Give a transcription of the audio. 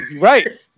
right